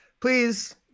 please